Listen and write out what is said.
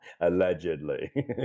Allegedly